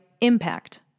impact